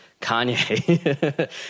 Kanye